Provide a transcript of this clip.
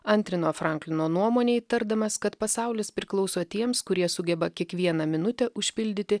antrino franklino nuomonei tardamas kad pasaulis priklauso tiems kurie sugeba kiekvieną minutę užpildyti